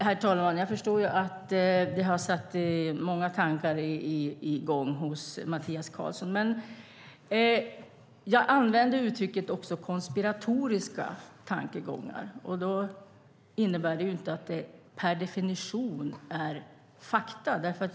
Herr talman! Jag förstår att det har satt i gång många tankar hos Mattias Karlsson, men jag använde uttrycket "konspiratoriska tankegångar". Då innebär det inte att det per definition är fakta.